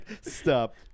stop